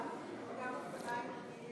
למה זה גם אופניים רגילים?